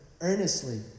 earnestly